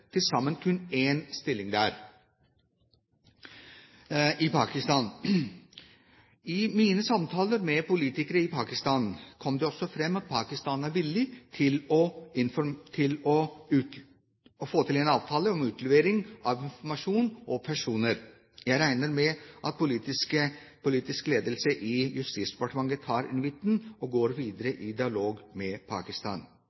til sammen kun én stilling der. I mine samtaler med politikere i Pakistan kom det også fram at Pakistan er villig til å få til en avtale om utlevering av informasjon og personer. Jeg regner med at politisk ledelse i Justisdepartementet tar invitten og går